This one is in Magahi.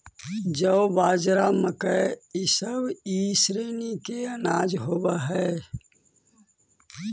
जौ, बाजरा, मकई इसब ई श्रेणी के अनाज होब हई